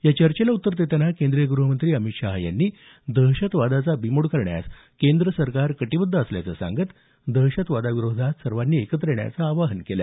या चर्चेला उत्तर देताना केंद्रीय गृहमंत्री अमित शहा यांनी दहशतवादाचा बिमोड करण्यास केंद्र सरकार कटिबद्ध असल्याचं सांगत दहशतवादाविरोधात सर्वांनी एकत्र येण्याचं आवाहन केलं